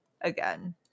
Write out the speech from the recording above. again